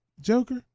Joker